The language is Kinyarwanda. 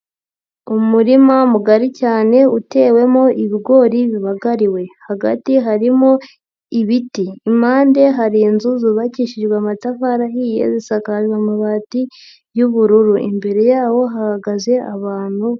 Umurima mugari cyane utewemo ibigori bigariwe, hagati harimo ibiti, impande hari inzu zubakishijwe amatafari ahiye, zisajwe amabati y'ubururu, imbere yabo hahagaze abantu.